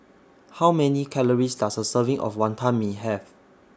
How Many Calories Does A Serving of Wantan Mee Have